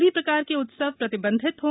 सभी प्रकार के उत्सव प्रतिबंधित हों